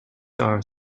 are